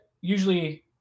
usually